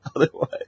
otherwise